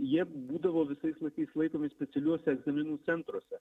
jie būdavo visais laikais laikomi specialiuose egzaminų centruose